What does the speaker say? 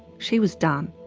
she was done.